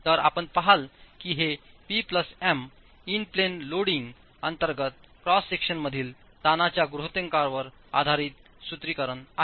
तर आपण पहाल की हे P plus M in plane loading अंतर्गत क्रॉस सेक्शनमधील ताणच्या गृहितकांवर आधारित सूत्रीकरण आहे